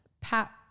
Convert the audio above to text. pat